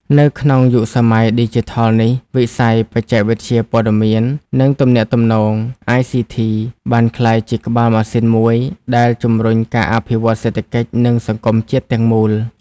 នៅក្នុងយុគសម័យឌីជីថលនេះ វិស័យ បច្ចេកវិទ្យាព័ត៌មាន និងទំនាក់ទំនង (ICT) បានក្លាយជាក្បាលម៉ាស៊ីនមួយដែលជំរុញការអភិវឌ្ឍសេដ្ឋកិច្ចនិងសង្គមជាតិទាំងមូល។